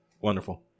wonderful